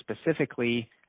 specifically